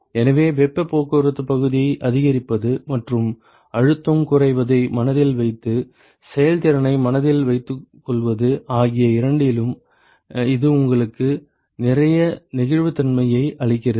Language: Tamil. எனவே வெப்பப் போக்குவரத்துப் பகுதியை அதிகரிப்பது மற்றும் அழுத்தம் குறைவதை மனதில் வைத்து செயல்திறனை மனதில் வைத்துக்கொள்வது ஆகிய இரண்டிலும் இது உங்களுக்கு நிறைய நெகிழ்வுத்தன்மையை அளிக்கிறது